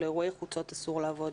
אירועי חוצות אסור לעבוד.